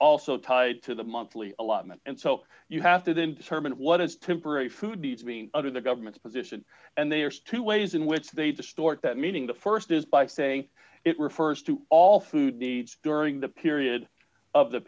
also tied to the monthly allotment and so you have to then determine what is temporary foods being under the government's position and there's two ways in which they distort that meaning the st is by saying it refers to all food needs during the period of the